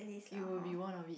it will be one of it